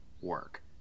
work